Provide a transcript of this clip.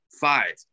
five